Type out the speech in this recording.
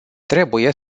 trebuie